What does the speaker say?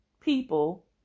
people